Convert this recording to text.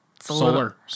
Solar